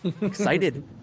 excited